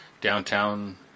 downtown